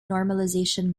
normalization